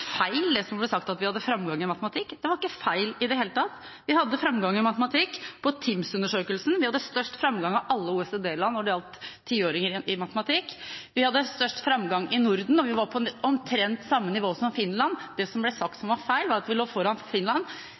feil. Det var ikke feil i det hele tatt. Vi hadde framgang i matematikk i TIMSS-undersøkelsen. Vi hadde størst framgang av alle OECD-land når det gjaldt tiåringers matematikkunnskaper. Vi hadde størst framgang i Norden, og vi var omtrent på samme nivå som Finland. Det som ble sagt som var feil, var at vi lå foran Finland.